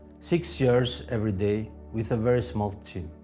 six years, every day, with a very small team.